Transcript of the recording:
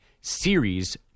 series